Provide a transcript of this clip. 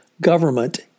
government